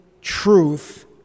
truth